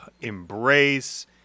embrace